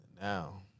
Now